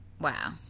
wow